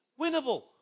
winnable